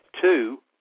Two